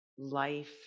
Life